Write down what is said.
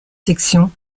section